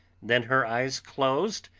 then her eyes closed,